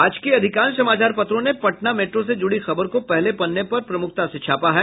आज के अधिकांश समाचार पत्रों ने पटना मेट्रो से जुड़ी खबर को पहले पन्ने पर प्रमुखता से छापा है